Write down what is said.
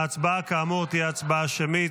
ההצבעה כאמור תהיה הצבעה שמית.